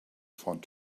found